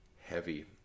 heavy